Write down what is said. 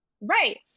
Right